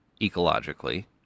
ecologically